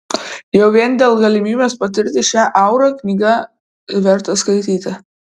jau vien dėl galimybės patirti šią aurą knygą verta skaityti